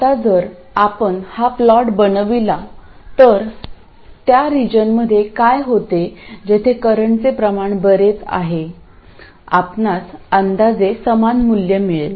आता जर आपण हा प्लॉट बनविला तर त्या रिजनमध्ये काय होते जेथे करंटचे प्रमाण बरेच आहे आपणास अंदाजे समान मूल्य मिळेल